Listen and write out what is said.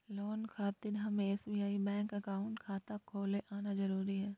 Loan खातिर हमें SBI bank account खाता खोल आना जरूरी है?